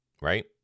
Right